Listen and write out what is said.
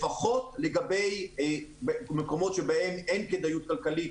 לפחות לגבי מקומות שבהם אין כדאיות כלכלית